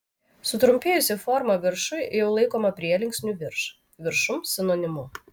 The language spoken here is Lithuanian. sutrumpėjusi forma viršuj jau laikoma prielinksnių virš viršum sinonimu